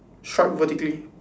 stripe vertically